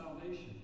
salvation